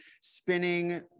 spinning